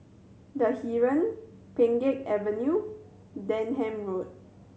The Heeren Pheng Geck Avenue Denham Road